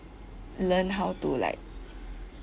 learn how to like